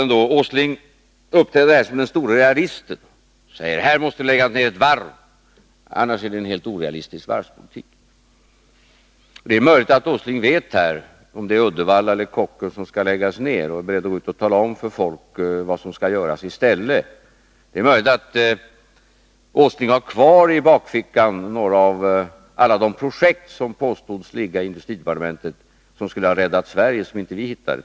Nils Åsling uppträder här som den store realisten och säger att här måste det läggas ner ett varv — annars är det en helt orealistisk varvspolitik. Det är möjligt att Nils Åsling vet om det är Uddevallavarvet eller Kockums som skall läggas ned. Tala då om för folk vad som skall göras i stället! Det är möjligt att Nils Åsling har kvar i bakfickan några av alla de projekt som påstods ligga i industridepartementet och som skulle ha räddat Sverige, men som vi inte har hittat.